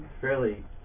fairly